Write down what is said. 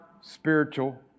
spiritual